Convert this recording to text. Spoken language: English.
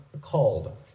called